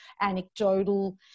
anecdotal